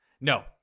No